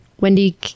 Wendy